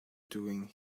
doing